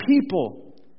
people